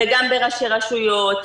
גם בראשי רשויות,